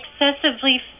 excessively